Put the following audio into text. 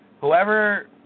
whoever